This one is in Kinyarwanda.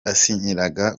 azabana